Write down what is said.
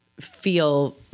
feel